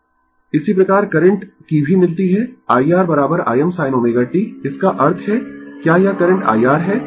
इसी प्रकार करंट को भी मिलती है IR Im sin ω t इसका अर्थ है क्या यह करंट IR है